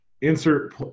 insert